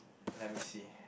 let me see